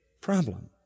problem